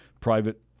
private